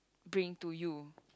bring to you